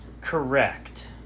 Correct